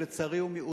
שלצערי הוא מיעוט.